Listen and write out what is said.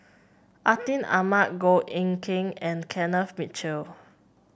Atin Amat Goh Eck Kheng and Kenneth Mitchell